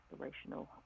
inspirational